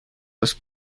los